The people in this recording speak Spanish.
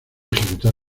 ejecutar